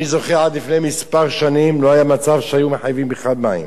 אני זוכר שעד לפני כמה שנים לא היה מצב שהיו מחייבים בכלל עבור מים.